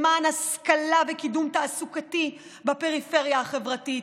למען השכלה וקידום תעסוקתי בפריפריה החברתית,